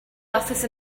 office